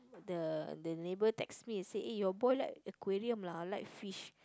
the the neighbour text me say eh your boy like aquarium lah like fish